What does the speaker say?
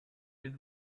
did